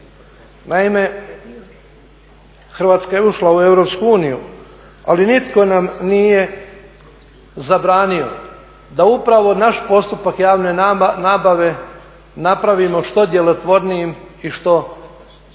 Naime, Hrvatska je ušla u Europsku uniju ali nitko nam nije zabranio da upravo naš postupak javne nabave napravimo što djelotvornijim i što